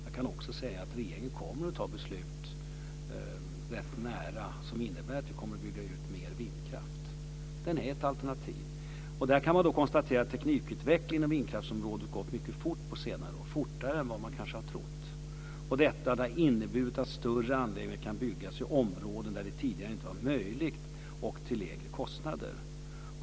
Jag kan också säga att regeringen kommer att fatta beslut ganska snart som innebär en ökad utbyggnad av vindkraften. Den är ett alternativ. Man kan konstatera att teknikutvecklingen på vindkraftsområdet har gått mycket fort på senare år, fortare än vad man kanske har trott. Detta har inneburit att större anläggningar kan byggas i områden där det tidigare inte var möjligt och till lägre kostnader.